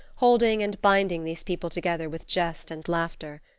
holding and binding these people together with jest and laughter.